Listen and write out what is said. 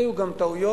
היו גם טעויות,